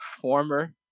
former